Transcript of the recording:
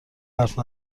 حرف